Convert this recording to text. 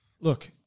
Look